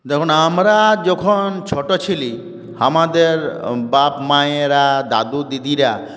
দেখুন আমরা যখন ছোট ছিলি আমাদের বাপ মায়েরা দাদু দিদিরা